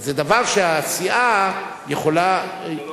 זה דבר שהסיעה יכולה,